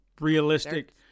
realistic